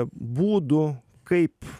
būdų kaip